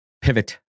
pivot